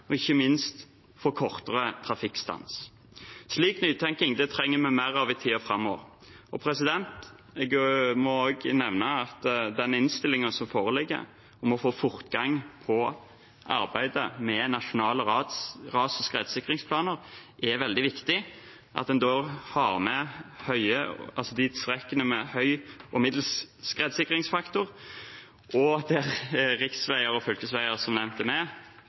og ikke minst for kortere trafikkstans. Slik nytenkning trenger vi mer av i tiden framover. Jeg må også nevne at en ut fra den innstillingen som foreligger, må få fortgang på arbeidet med nasjonale ras- og skredsikringsplaner. Det er veldig viktig at en har med strekningene med høy og middels skredsikringsfaktor, at riksveier og fylkesveier som nevnt er med,